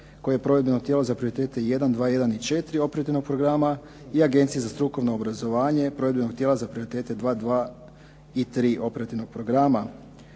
koje je provedbeno tijelo za prioritete jedan, dva jedan i četiri operativnog programa i Agencije za strukovno obrazovanje provedbenog tijela za prioritete 2,2 i tri operativnog programa.